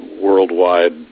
worldwide